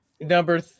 Number